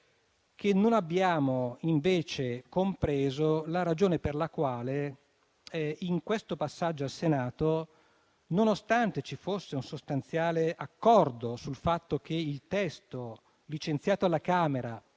che non abbiamo invece compreso la ragione per la quale si sia fatta una scelta, nonostante ci fosse un sostanziale accordo sul testo licenziato alla Camera,